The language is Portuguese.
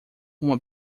uma